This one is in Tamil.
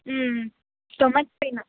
ம் ஸ்டொமக் பெய்னா